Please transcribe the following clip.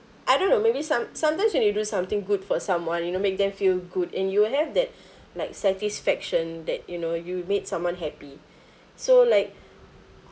I don't know maybe some sometimes when you do something good for someone you know make them feel good and you have that like satisfaction that you know you made someone happy so like